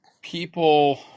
people